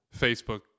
Facebook